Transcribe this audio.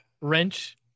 wrench